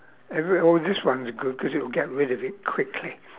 oh this one's good cause it would get rid of it quickly